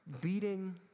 beating